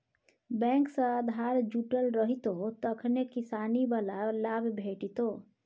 bank सँ आधार जुटल रहितौ तखने किसानी बला लाभ भेटितौ